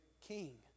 king